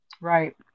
Right